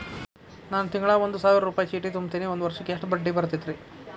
ನಾನು ತಿಂಗಳಾ ಒಂದು ಸಾವಿರ ರೂಪಾಯಿ ಚೇಟಿ ತುಂಬತೇನಿ ಒಂದ್ ವರ್ಷಕ್ ಎಷ್ಟ ಬಡ್ಡಿ ಬರತೈತಿ?